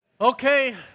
Okay